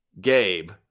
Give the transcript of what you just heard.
Gabe